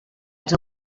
els